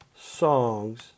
songs